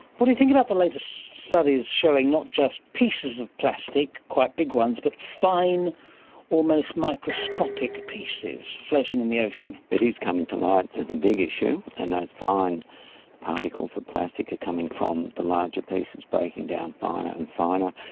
what do you think about the latest studies showing not just pieces of plastic, quite big ones, but fine almost microscopic pieces floating in the ocean? it is coming to light as a big issue and those fine particles of plastic are coming from the larger pieces breaking down finer and finer,